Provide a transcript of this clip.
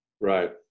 Right